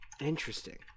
Interesting